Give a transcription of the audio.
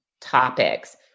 topics